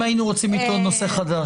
אם היינו רוצים לטעון נושא חדש,